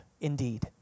indeed